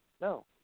No